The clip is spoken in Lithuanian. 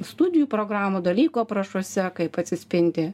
studijų programų dalykų aprašuose kaip atsispindi